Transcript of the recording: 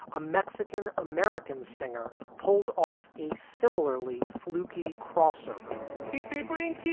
a mexican american singer pulled off a similarly flukey crossover bp brain